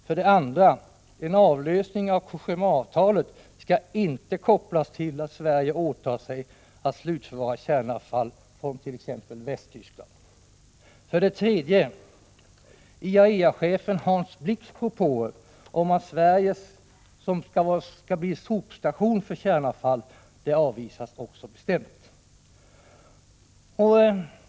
För det andra: Ett lösgörande från Cogémaavtalet skall inte kopplas till att Sverige påtar sig att slutförvara kärnavfall från t.ex. Västtyskland. För det tredje: IAEA-chefen Hans Blix propåer att Sverige skall bli sopstation för kärnavfall avvisas bestämt.